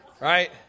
Right